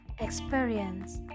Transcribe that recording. experience